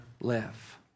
live